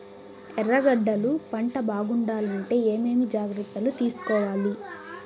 ఎర్రగడ్డలు పంట బాగుండాలంటే ఏమేమి జాగ్రత్తలు తీసుకొవాలి?